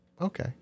okay